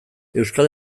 euskal